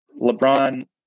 LeBron